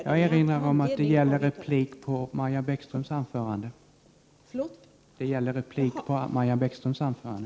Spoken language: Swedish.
Jag erinrar om att repliken gäller Maja Bäckströms anförande.